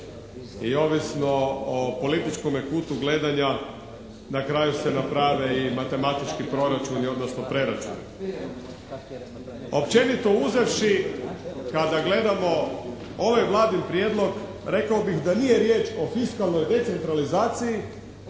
I ovisno o političkome kutu gledanja na kraju se naprave i matematički proračuni odnosno preračuni. Općenito uzevši kada gledamo ovaj vladin prijedlog rekao bih da nije riječ o fiskalnoj decentralizaciji